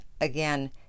again